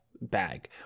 bag